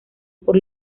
por